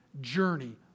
journey